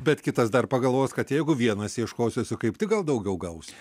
bet kitas dar pagalvos kad jeigu vienas ieškosiuosi kaip tik gal daugiau gausiu